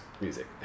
music